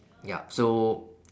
yup so